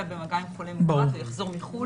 במגע עם חולה מאומת או יחזור מחו"ל,